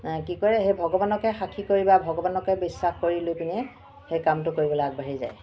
কি কৰে সেই ভগৱানকে সাক্ষী কৰি বা ভগৱানকে বিশ্বাস কৰি লৈ পিনে সেই কামটো কৰিবলৈ আগবাঢ়ি যায়